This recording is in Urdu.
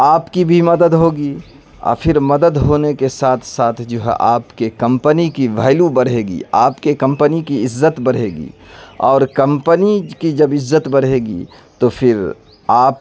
آپ کی بھی مدد ہوگی اور پھر مدد ہونے کے ساتھ ساتھ جو ہے آپ کے کمپنی کی وہلیو بڑھے گی آپ کے کمپنی کی عزت بڑھے گی اور کمپنی کی جب عزت بڑھے گی تو پھر آپ